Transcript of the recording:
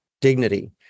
dignity